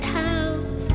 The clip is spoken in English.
house